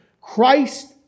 Christ